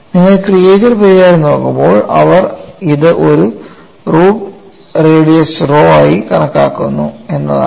നിങ്ങൾ ക്രിയേജർ പരിഹാരം നോക്കുമ്പോൾ അവർ ഇത് ഒരു റൂട്ട് റേഡിയസ് റോ ആയി കണക്കാക്കുന്നു എന്നതാണ്